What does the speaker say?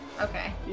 Okay